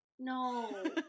No